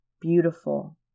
beautiful